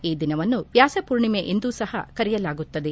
ಈ ದಿನವನ್ನು ವ್ಯಾಸಪೂರ್ಣಿಮೆ ಎಂದೂ ಸಹ ಕರೆಯಲಾಗುತ್ತದೆ